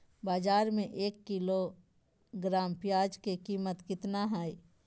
बाजार में एक किलोग्राम प्याज के कीमत कितना हाय?